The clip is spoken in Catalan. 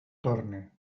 torne